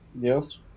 Yes